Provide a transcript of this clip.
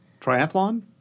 Triathlon